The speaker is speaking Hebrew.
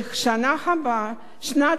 שנת 2012,